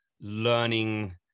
learning